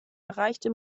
erreichte